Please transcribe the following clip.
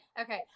okay